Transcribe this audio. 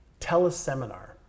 teleseminar